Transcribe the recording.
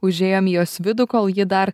užėjom į jos vidų kol ji dar